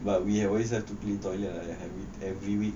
but we have always to clean toilet ah every week